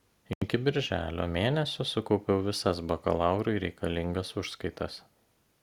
iki birželio mėnesio sukaupiau visas bakalaurui reikalingas užskaitas